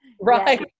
right